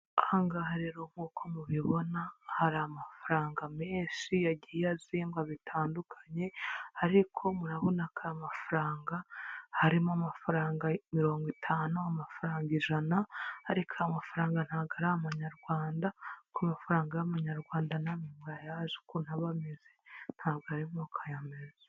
Aha ngaha rero nkuko mubibona, hari amafaranga menshi yagiye azingwa bitandukanye, ariko murabona ko aya mafaranga, harimo amafaranga mirongo itanu, amafaranga ijana, ariko aya mafaranga ntabwo ari amanyarwanda, kuko amafaranga y'amanyarwanda namwe murayazi ukuntu aba ameze. Ntabwo ari nk'uku aya ameze.